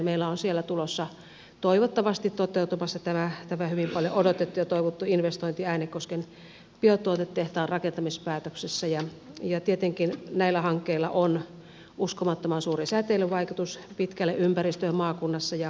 meillä on siellä toivottavasti toteutumassa tämä hyvin paljon odotettu ja toivottu investointi äänekosken biotuotetehtaan rakentamispäätöksessä ja tietenkin näillä hankkeilla on uskomattoman suuri säteilyvaikutus pitkälle ympäristöön maakunnassa ja ulkopuolella